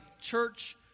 church